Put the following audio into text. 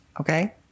Okay